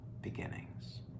beginnings